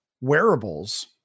wearables